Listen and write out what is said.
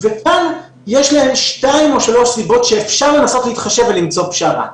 וכאן יש להם שתיים או שלוש סיבות שאפשר לנסות להתחשב בהן ולמצוא פשרה.